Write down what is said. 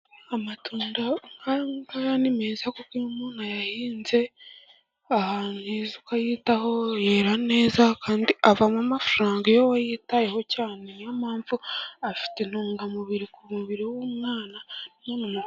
Amatunda nk'ayangaya ni meza kuko iyo umuntu ayahinze ahantu heza ukayitaho, yera neza Kandi avamo amafaranga iyo wayitayeho cyane. Ni yo mpamvu afite intungamubiri ku mubiri w'umwana n'umuntu mukuru.